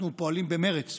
אנחנו פועלים במרץ,